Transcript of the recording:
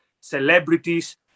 celebrities